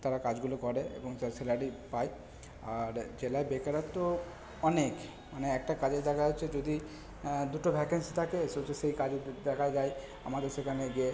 তারা কাজগুলো করে এবং যা স্যালারি পায় আর জেলায় বেকারত্ব অনেক মানে একটা কাজে দেখা যাচ্ছে যদি দুটো ভ্যাকান্সি থাকে অথচ সেই কাজে দেখা যায় আমাদের সেখানে গিয়ে